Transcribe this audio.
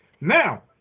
Now